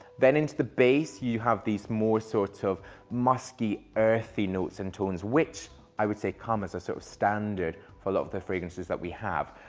then into the base, you have these more sorts of musky earthy notes and tunes, which i would say come as a sort so of standard for a lot of the fragrances that we have.